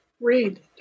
read